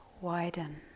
widen